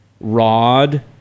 rod